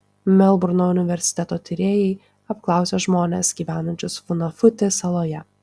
melburno universiteto tyrėjai apklausė žmones gyvenančius funafuti saloje